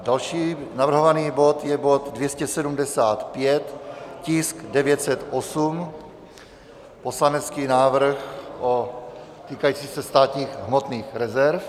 Další navrhovaný bod je bod 275, tisk 908, poslanecký návrh týkající se státních hmotných rezerv.